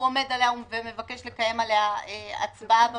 עומד עליה ומבקש לקיים עליה הצבעה במליאה?